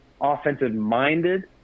offensive-minded